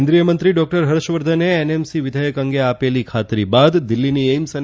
કેન્દ્રીય મંત્રી ડોક્ટર હર્ષવર્ધને એનવિઘેચક અંગે આપેલી ખાતરી બાદ દિલ્હીની એઈમ્સ અને